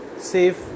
safe